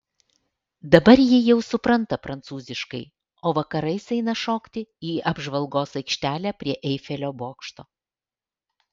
dabar ji jau supranta prancūziškai o vakarais eina šokti į apžvalgos aikštelę prie eifelio bokšto